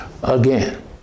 Again